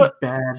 bad